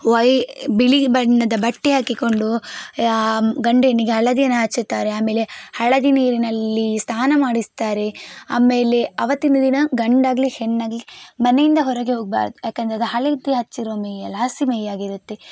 Y ಬಿಳಿ ಬಣ್ಣದ ಬಟ್ಟೆ ಹಾಕಿಕೊಂಡು ಗಂಡು ಹೆಣ್ಣಿಗೆ ಹಳದಿಯನ್ನು ಹಚ್ಚುತ್ತಾರೆ ಆಮೇಲೆ ಹಳದಿ ನೀರಿನಲ್ಲಿ ಸ್ನಾನ ಮಾಡಿಸ್ತಾರೆ ಆಮೇಲೆ ಆವತ್ತಿನ ದಿನ ಗಂಡಾಗಲಿ ಹೆಣ್ಣಾಗಲಿ ಮನೆಯಿಂದ ಹೊರಗೆ ಹೋಗಬಾರ್ದು ಯಾಕೆಂದರೆ ಅದು ಹಳದಿ ಹಚ್ಚಿರೊ ಮೈಯ್ಯೆಲ್ಲ ಹಸಿ ಮೈ ಆಗಿರುತ್ತೆ